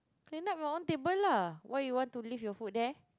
then wipe your own table lah why you want to leave your food there